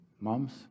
moms